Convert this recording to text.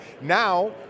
Now